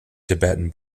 tibetan